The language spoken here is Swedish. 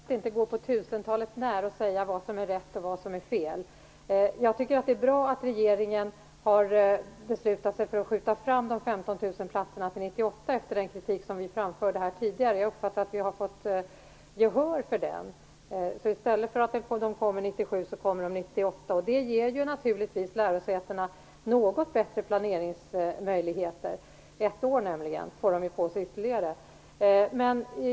Fru talman! Det är klart att det inte går att på tusentalet när säga vad som är rätt och vad som är fel. Jag tycker att det är bra att regeringen har beslutat att skjuta fram 15 000 platser till 1998 efter den kritik vi framförde här tidigare. Jag uppfattar det som att vi fått gehör för den. I stället för att komma 1997 kommer de 1998. Det ger naturligtvis lärosätena något bättre planeringsmöjligheter, i och med att de får ytterligare ett år på sig.